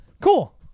cool